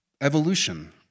evolution